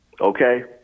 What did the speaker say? Okay